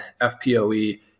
fpoe